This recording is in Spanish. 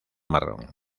marrón